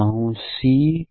હું C1 C2